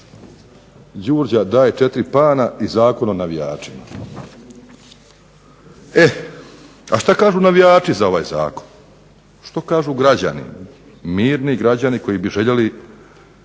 "Đurđa daj 4 Pana i Zakon o navijačima." E, a šta kažu navijači za ovaj zakon? Što kažu građani, mirni građani koji bi željeli